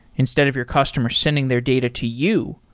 instead of your customer sending their data to you,